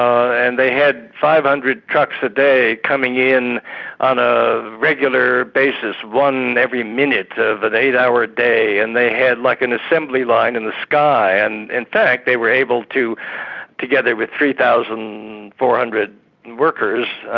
and they had five hundred trucks a day coming in on a regular basis one every minute of an eight-hour ah day. and they had like an assembly line in the sky and, in fact, they were able to together with three thousand four hundred workers,